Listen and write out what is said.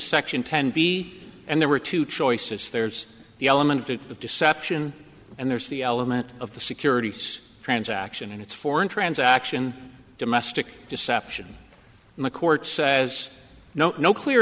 section ten b and there were two choices there's the element of deception and there's the alamo of the securities transaction and its foreign transaction domestic deception and the court says no no clear